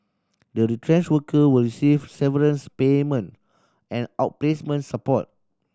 the retrenched worker will receive severance payment and outplacement support